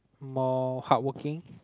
more hardworking